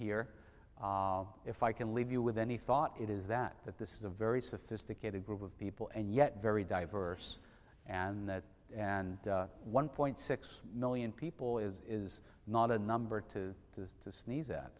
here if i can leave you with any thought it is that that this is a very sophisticated group of people and yet very diverse and and one point six million people is not a number two to sneeze at